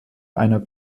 einer